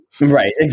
Right